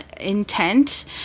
intent